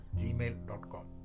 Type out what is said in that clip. gmail.com